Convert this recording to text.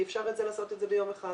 אי-אפשר לעשות את זה ביום אחד